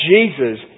Jesus